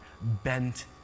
bent